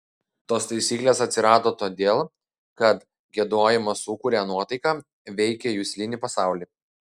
tos taisyklės atsirado todėl kad giedojimas sukuria nuotaiką veikia juslinį pasaulį